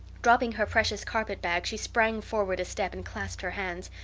dropping her precious carpet-bag she sprang forward a step and clasped her hands.